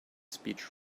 speech